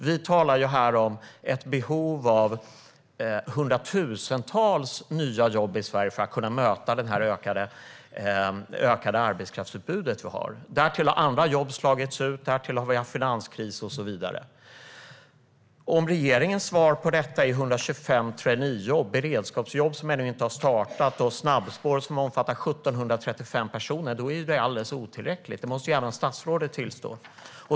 Vi talar här om ett behov av hundratusentals nya jobb i Sverige för att kunna möta det ökade arbetskraftsutbudet. Därtill har andra jobb slagits ut, vi har haft finanskris och så vidare. Om regeringens svar på detta är 125 traineejobb, beredskapsjobb som ännu inte har startat och snabbspår som omfattar 1 735 personer är det alldeles otillräckligt - det måste även statsrådet tillstå.